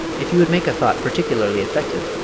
if you would make a thought particularly effective,